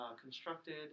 constructed